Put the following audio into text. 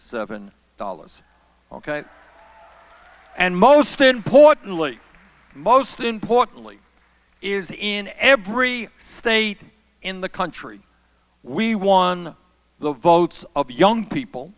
seven dollars and most importantly most importantly is in every state in the country we won the votes of young people